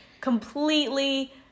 completely